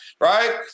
right